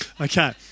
Okay